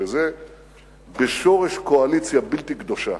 זה בשורש קואליציה בלתי קדושה